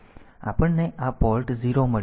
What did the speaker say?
તેથી આપણને આ પોર્ટ 0 મળ્યું છે